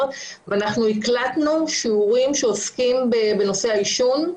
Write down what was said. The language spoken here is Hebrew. ואנחנו הקלטנו שיעורים שעוסקים בנושא העישון,